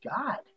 God